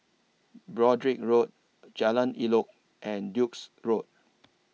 Broadrick Road Jalan Elok and Duke's Road